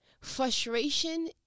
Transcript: Frustration